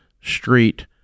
street